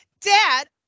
Dad